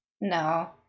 No